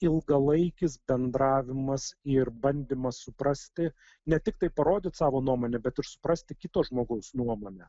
ilgalaikis bendravimas ir bandymas suprasti ne tiktai parodyt savo nuomonę bet ir suprasti kito žmogaus nuomonę